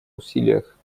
усилиях